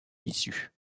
issu